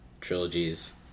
trilogies